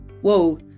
Whoa